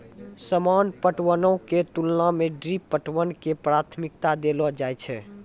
सामान्य पटवनो के तुलना मे ड्रिप पटवन के प्राथमिकता देलो जाय छै